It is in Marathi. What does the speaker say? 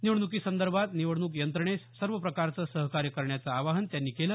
निवडण्कीसंदर्भात निवडणूक यंत्रणेस सर्व प्रकारचं सहकार्य करण्याचं आवाहन त्यांनी केलं